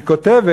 היא כותבת: